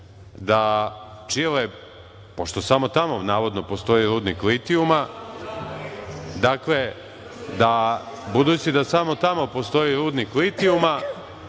da Čile, pošto samo tamo navodno postoji rudnik litijuma, budući da samo tamo postoji rudnik litijuma,